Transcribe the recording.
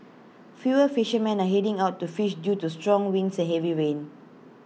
fewer fishermen are heading out to fish due to strong winds and heavy rain